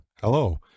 hello